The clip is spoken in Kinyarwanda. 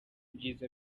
byiza